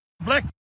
black